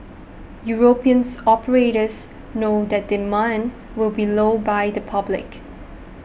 Europeans operators know that demand will be low by the public